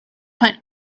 but